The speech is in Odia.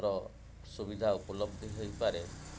ସୁବିଧା ଉପଲବ୍ଧି ହେଇପାରେ